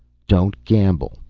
don't gamble.